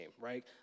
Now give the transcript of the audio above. right